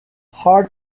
hard